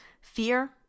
fear